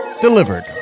delivered